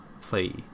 play